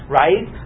right